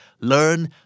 learn